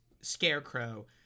scarecrow